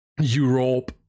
Europe